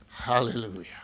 Hallelujah